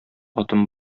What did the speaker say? атым